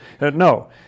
No